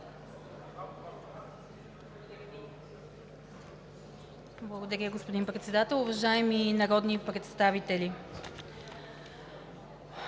България): Господин Председател, уважаеми народни представители,